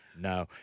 no